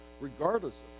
regardless